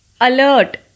Alert